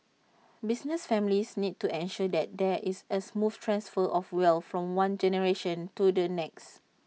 business families need to ensure that there is A smooth transfer of wealth from one generation to the next